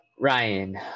Ryan